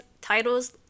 titles